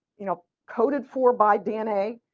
you know coded for by dna,